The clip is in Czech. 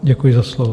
Děkuji za slovo.